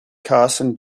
carson